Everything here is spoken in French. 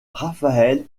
rafael